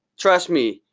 trust me,